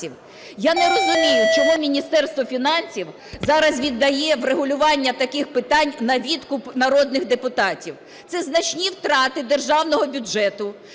Я не розумію чому Міністерство фінансів зараз віддає врегулювання таких питань на відкуп народних депутатів. Це значні втрати державного бюджету.